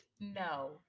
No